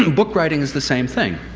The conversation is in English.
and book writing is the same thing.